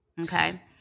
Okay